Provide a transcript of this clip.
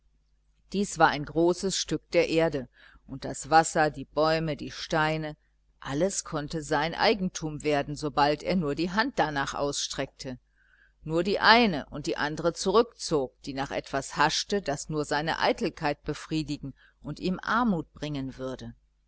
dies war ein großes stück der erde und das wasser die bäume die steine alles konnte sein eigentum werden sobald er nur die hand darnach ausstreckte nur die eine und die andere zurückzog die nach etwas haschte das nur seine eitelkeit befriedigen und ihm armut bringen würde